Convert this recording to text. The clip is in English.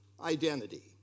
identity